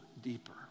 deeper